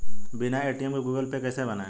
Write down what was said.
बिना ए.टी.एम के Google Pay कैसे बनायें?